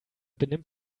benimmt